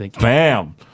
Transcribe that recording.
bam